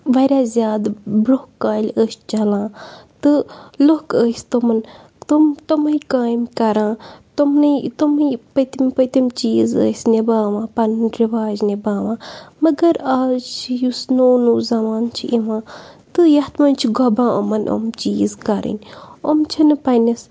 واریاہ زیادٕ برونٛہہ کالہِ ٲسۍ چَلان تہٕ لُکھ ٲسۍ تمَن تم تٕمَے کامہِ کَران تٕمنٕے تٕمٕے پٔتِم پٔتِم چیٖز ٲسۍ نِباوان پَنٕنۍ رِواج نِباوان مگر آز چھِ یُس نوٚو نوٚو زَمانہٕ چھِ یِوان تہٕ یَتھ منٛز چھِ گۄبان یِمَن یِم چیٖز کَرٕنۍ یِم چھِنہٕ پنٛنِس